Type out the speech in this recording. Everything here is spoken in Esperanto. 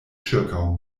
ĉirkaŭ